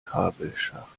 kabelschacht